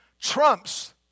trumps